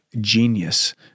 genius